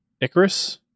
Icarus